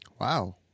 Wow